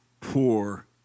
poor